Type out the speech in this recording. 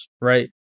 right